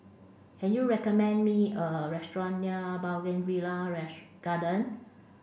can you recommend me a restaurant near Bougainvillea Garden